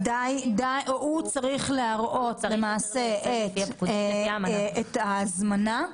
הוא למעשה צריך להראות את ההזמנה,